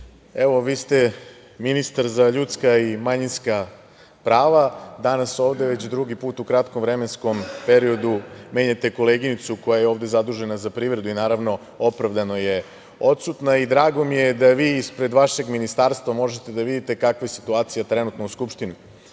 evo vi ste ministar za ljudska i manjinska prava. Danas ovde već drugi put u kratkom vremenskom periodu menjate koleginicu koja je ovde zadužena za privredu i naravno opravdano je odsutno. Drago mi je da vi ispred vašeg Ministarstva možete da vidite kakva je situacija trenutno u Skupštini.